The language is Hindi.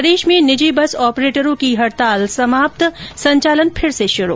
प्रदेश में निजी बस ऑपटरों की हड़ताल समाप्त संचालन फिर से शुरु